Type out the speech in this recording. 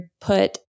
put